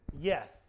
Yes